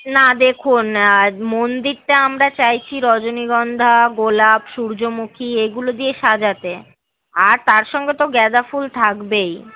না দেখুন মন্দিরটা আমরা চাইছি রজনীগন্ধা গোলাপ সূর্যমুখী এগুলো দিয়ে সাজাতে আর তার সঙ্গে তো গাঁদা ফুল থাকবেই